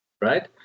right